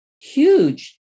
Huge